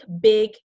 big